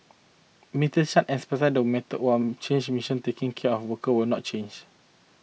Mister Chan emphasised that methods one change mission taking care of workers will not change